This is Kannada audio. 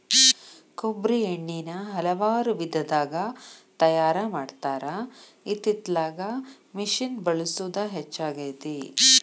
ಕೊಬ್ಬ್ರಿ ಎಣ್ಣಿನಾ ಹಲವಾರು ವಿಧದಾಗ ತಯಾರಾ ಮಾಡತಾರ ಇತ್ತಿತ್ತಲಾಗ ಮಿಷಿನ್ ಬಳಸುದ ಹೆಚ್ಚಾಗೆತಿ